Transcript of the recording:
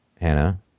Hannah